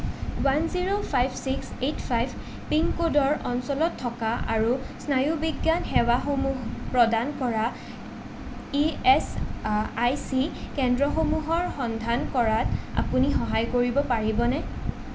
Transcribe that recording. one zero five six eight five পিনক'ডৰ অঞ্চলত থকা আৰু স্নায়ুবিজ্ঞান সেৱাসমূহ প্ৰদান কৰা ই এচ আই চি কেন্দ্ৰসমূহৰ সন্ধান কৰাত আপুনি সহায় কৰিব পাৰিবনে